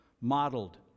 modeled